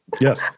Yes